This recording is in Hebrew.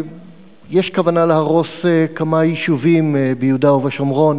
יש כוונה להרוס כמה יישובים ביהודה ובשומרון